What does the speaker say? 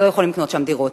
לא יכולים לקנות שם דירות.